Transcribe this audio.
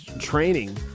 training